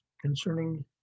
concerning